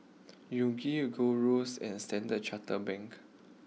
Yoguru Gold Roast and Standard Chartered Bank